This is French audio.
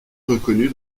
reconnu